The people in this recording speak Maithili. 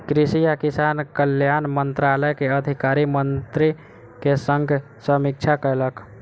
कृषि आ किसान कल्याण मंत्रालय के अधिकारी मंत्री के संग समीक्षा कयलक